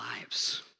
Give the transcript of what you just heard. lives